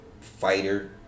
fighter